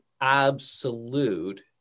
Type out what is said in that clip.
absolute